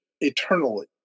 eternally